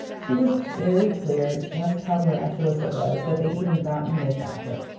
she was very clear just how miraculous it was that they'd even gotten this offer.